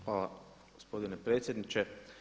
Hvala gospodine predsjedniče.